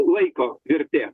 laiko vertė